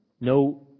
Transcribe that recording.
No